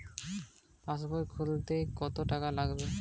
পাশবই খুলতে কতো টাকা লাগে?